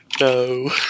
No